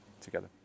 together